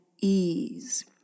ease